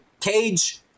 cage